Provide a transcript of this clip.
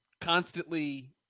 constantly